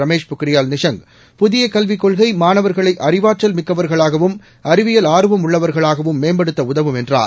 ரமேஷ் பொக்ரியால் நிஷாங் புதிய கல்விக் கொள்கை மாணவர்களை அறிவாற்றல் மிக்கவர்களாகவும் அறிவியல் ஆர்வம் உள்ளவர்களாகவும் மேம்படுத்த உதவும் என்றார்